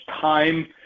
time